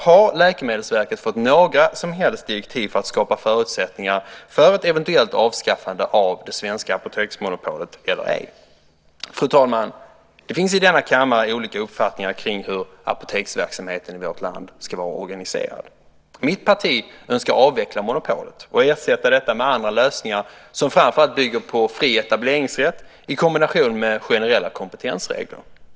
Har Läkemedelsverket fått några som helst direktiv för att skapa förutsättningar för ett eventuellt avskaffande av det svenska apoteksmonopolet eller ej? Fru talman! Det finns i denna kammare olika uppfattningar om hur apoteksverksamheten i vårt land ska vara organiserad. Mitt parti önskar avveckla monopolet och ersätta det med andra lösningar, som framför allt bygger på fri etableringsrätt i kombination med generella kompetensregler.